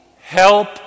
Help